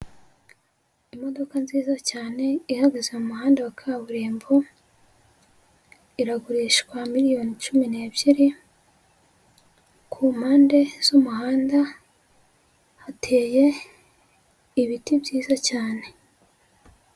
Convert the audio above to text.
Imodoka nziza cyane ihagaze mu muhanda wa kaburimbo iragurishwa miliyoni cumi n'ebyiri, ku mpande z'umuhanda hateye ibiti byiza cyane.